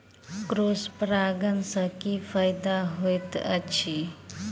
Cross परागण सँ की फायदा हएत अछि?